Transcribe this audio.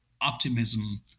optimism